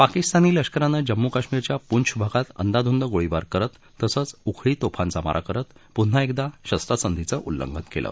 पाकिस्तानी लष्करानं जम्मू काश्मीरच्या पूंछ भागात अंदाधुंद गोळीबार करत आणि उखळी तोफांचा मारा करत पुन्हा एकदा शस्त्रसंधीचं उल्लंघन केलं